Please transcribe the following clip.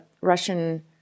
Russian